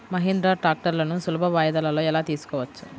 మహీంద్రా ట్రాక్టర్లను సులభ వాయిదాలలో ఎలా తీసుకోవచ్చు?